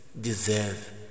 deserve